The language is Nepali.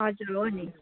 हजुर हो नि